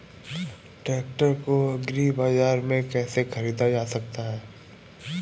Tractor को agri बाजार से कैसे ख़रीदा जा सकता हैं?